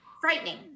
Frightening